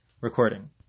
recording